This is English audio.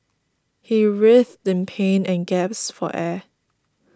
he writhed in pain and gasped for air